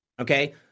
Okay